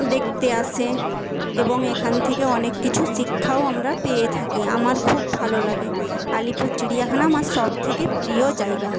দেখতে আসে এবং এখান থেকে অনেক কিছু শিক্ষাও আমরা পেয়ে থাকি আমার খুব ভালো লাগে আলিপুর চিড়িয়াখানা আমার সব থেকে প্রিয় জায়গা